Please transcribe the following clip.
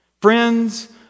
Friends